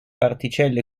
particelle